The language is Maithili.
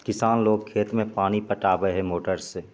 किसानलोक खेतमे पानि पटाबै हइ मोटरसे